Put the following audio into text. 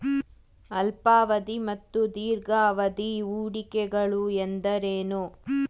ಅಲ್ಪಾವಧಿ ಮತ್ತು ದೀರ್ಘಾವಧಿ ಹೂಡಿಕೆಗಳು ಎಂದರೇನು?